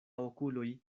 okuloj